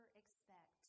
expect